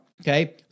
okay